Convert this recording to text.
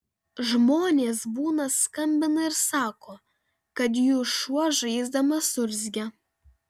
žmonės būna skambina ir sako kad jų šuo žaisdamas urzgia